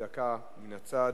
דקה מן הצד,